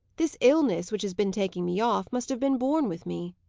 this illness, which has been taking me off, must have been born with me.